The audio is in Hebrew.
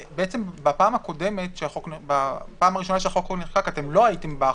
בפעם הראשונה שהחוק נחקק פה לא הייתם בהחרגות.